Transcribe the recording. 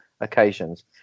occasions